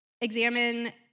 Examine